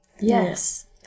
Yes